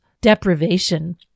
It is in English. deprivation